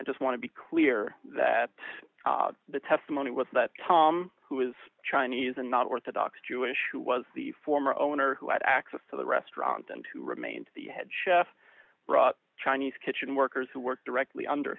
i just want to be clear that the testimony was that tom who was chinese and not orthodox jewish who was the former owner who had access to the restaurant and who remained the head chef brought chinese kitchen workers who work directly under